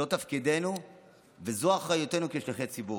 זה תפקידנו וזוהי אחריותנו כשליחי ציבור.